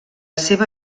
seva